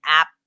app